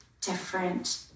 different